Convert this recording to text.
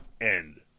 End